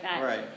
right